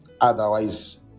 Otherwise